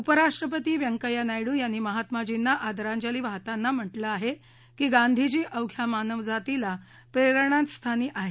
उपराष्ट्रपती व्यंकय्या नायडू यांनी महात्माजींना आदरांजली वाहताना म्हटलं आहे की गांधीजी अवघ्या मानवजातिला प्रेरणास्थानी आहेत